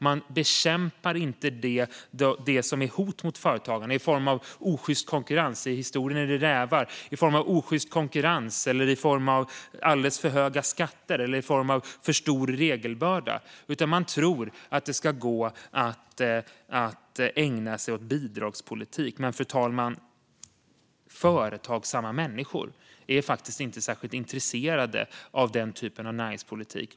Man bekämpar inte det som är hot mot företagarna - i historien är det rävar - i form av osjyst konkurrens, alldeles för höga skatter eller för stor regelbörda, utan man tror att det ska gå att ägna sig åt bidragspolitik. Men, fru talman, företagsamma människor är faktiskt inte särskilt intresserade av den typen av näringspolitik.